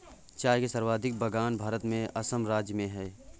चाय के सर्वाधिक बगान भारत में असम राज्य में है